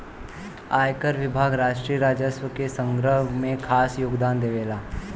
आयकर विभाग राष्ट्रीय राजस्व के संग्रह में खास योगदान देवेला